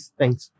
Thanks